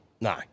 No